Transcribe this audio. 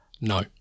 No